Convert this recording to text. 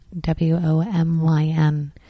W-O-M-Y-N